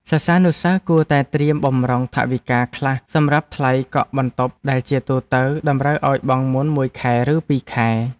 សិស្សានុសិស្សគួរតែត្រៀមបម្រុងថវិកាខ្លះសម្រាប់ថ្លៃកក់បន្ទប់ដែលជាទូទៅតម្រូវឱ្យបង់មុនមួយខែឬពីរខែ។